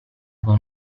con